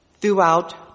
Throughout